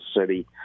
City